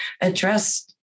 address